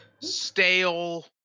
stale